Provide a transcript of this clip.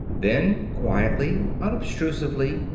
then, quietly, unobtrusively,